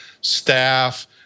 staff